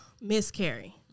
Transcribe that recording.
miscarry